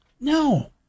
No